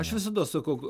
aš visados sakau